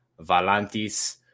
Valantis